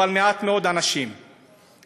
אבל מעט מאוד אנשים בני-אדם.